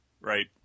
right